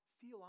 Feel